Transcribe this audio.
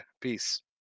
Peace